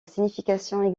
signification